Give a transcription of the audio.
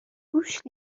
روش